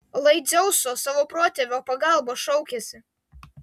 lai dzeuso savo protėvio pagalbos šaukiasi